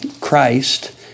Christ